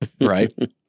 right